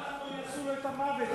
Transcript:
בטאבו יעשו לו את המוות,